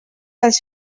dels